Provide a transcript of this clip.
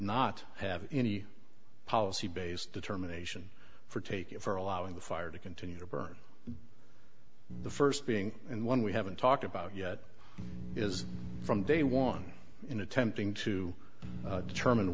not have any policy based determination for taking for allowing the fire to continue to burn the first being in one we haven't talked about yet is from day one in attempting to determine